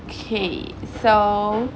okay so